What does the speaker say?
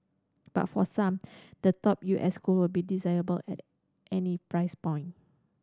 but for some the top U S school will be desirable at any price point